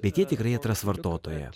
bet jie tikrai atras vartotoją